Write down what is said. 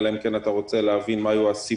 אלא אם כן אתה רוצה להבין מה היו הסיבות,